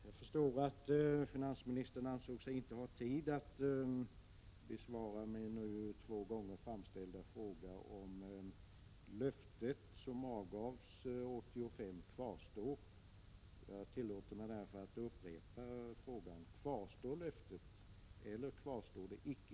Jag förstår att finansministern inte anser sig ha tid att besvara min nu två gånger framställda fråga om löftet om en konstant skattekvot vilket, avgavs 1985, kvarstår. Jag tillåter mig därför att upprepa frågan: Kvarstår löftet eller kvarstår det icke?